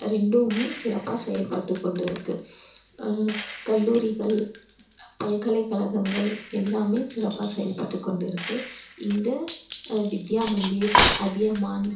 ரெண்டுவுமே சிறப்பாக செயல்பட்டுக் கொண்டுருக்குது கல்லூரிகள் பல்கலைக்கழகங்கள் எல்லாமே சிறப்பாக செயல்பட்டுக் கொண்டிருக்குது இங்கே வித்யாமந்திர் அதியமான்